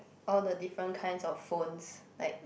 all the different kinds of phones like